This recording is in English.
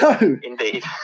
Indeed